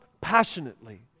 passionately